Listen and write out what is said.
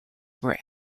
were